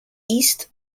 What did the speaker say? east